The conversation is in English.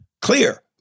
clear